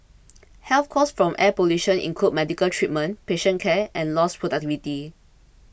health costs from air pollution include medical treatment patient care and lost productivity